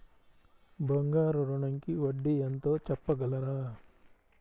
బంగారు ఋణంకి వడ్డీ ఎంతో చెప్పగలరా?